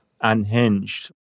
unhinged